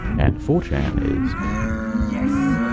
and four chan is yes!